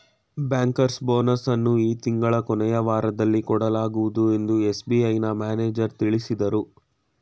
bankers bonus ಅನ್ನು ಈ ತಿಂಗಳ ಕೊನೆಯ ವಾರದಲ್ಲಿ ಕೊಡಲಾಗುವುದು ಎಂದು ಎಸ್.ಬಿ.ಐನ ಮ್ಯಾನೇಜರ್ ತಿಳಿಸಿದರು